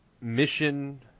Mission